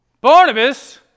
Barnabas